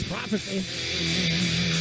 Prophecy